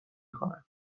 کند